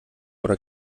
oder